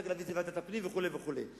אחר כך להעביר לוועדת הפנים וכו' וכו'.